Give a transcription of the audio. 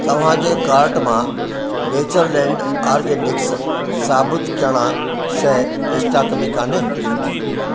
तव्हां जे कार्ट मां नैचरलैंड ऑर्गेनिक्स साबुत चणा शइ स्टॉक में कान्हे